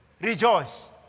Rejoice